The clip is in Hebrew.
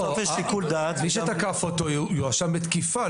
מי שתקף אותו יואשם בתקיפה.